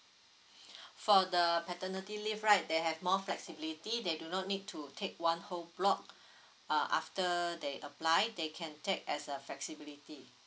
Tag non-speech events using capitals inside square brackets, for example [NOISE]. [BREATH] for the paternity leave right they have more flexibility they do not need to take one whole block uh after they apply they can take as a flexibility